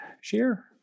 share